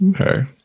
Okay